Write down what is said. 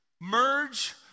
merge